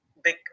big